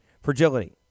fragility